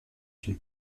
une